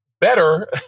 better